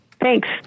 thanks